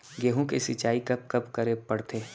गेहूँ के सिंचाई कब कब करे बर पड़थे?